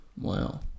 Wow